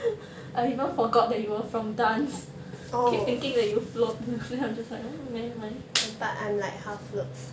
I even forgot that you were from dance keep thinking that you float then I'm just like mm never mind